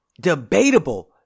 debatable